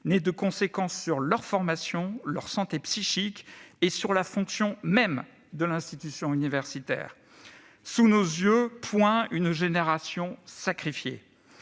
ait de conséquence sur leur formation, sur leur santé psychique et sur la fonction même de l'institution universitaire. Sous nos yeux point une génération sacrifiée.